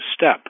step